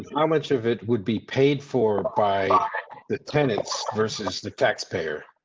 how much of it would be paid for by the tenants versus the taxpayer.